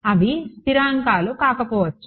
అవి స్థిరాంకాలు కాకపోవచ్చు